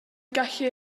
gallu